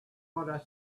what